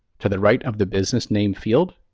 to the right of the business name field,